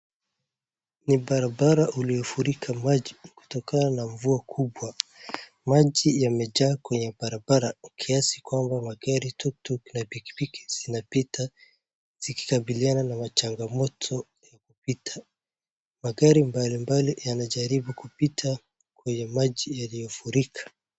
Ni barabara uliofurika maji kutokana na mvua kubwa, maji yamejaa kwenye barabara kwa kiasi kwamba magari, tuktuk na pikipiki zinapita zikikabiliana na machangamoto ya kupita, magari mablimbali yanajaribu kupita kwenye maji yaliyofurika.